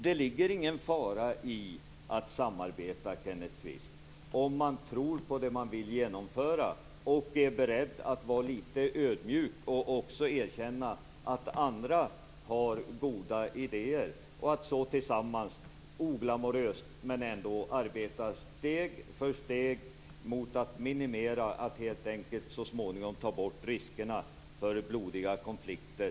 Det ligger ingen fara i att samarbeta, Kenneth Kvist, om man tror på det som man vill genomföra, är beredd att vara litet ödmjuk, erkänner att också andra har goda idéer och om man är beredd att oglamoröst steg för steg arbeta för att minimera och för att så småningom helt ta bort riskerna för blodiga konflikter.